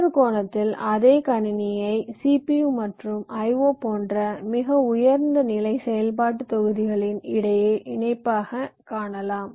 மற்றொரு கோணத்தில் அதே கணினியை சிபியு நினைவகம் மற்றும் IO போன்ற மிக உயர்ந்த நிலை செயல்பாட்டுத் தொகுதிகளின் இடை இணைப்பாகக் காணலாம்